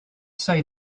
say